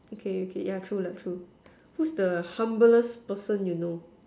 okay okay ya true ya true who's the humblest person you know